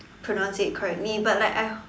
pronounced it correctly but like I